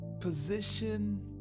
position